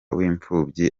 w’imfubyi